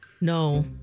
No